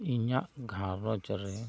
ᱤᱧᱟᱹᱜ ᱜᱷᱟᱨᱚᱸᱡᱽ ᱨᱮ